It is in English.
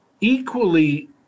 equally